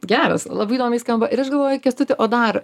geras labai įdomiai skamba ir aš galvoju kęstuti o dar